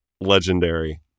legendary